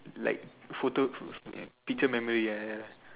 like photo pho~ pho~ uh picture memory ya ya ya